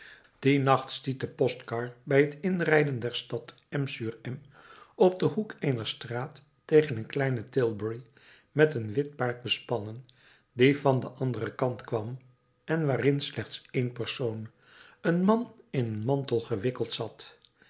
dien nacht stiet de postkar bij het inrijden der stad m sur m op den hoek eener straat tegen een kleine tilbury met een wit paard bespannen die van den anderen kant kwam en waarin slechts één persoon een man in een mantel gewikkeld zat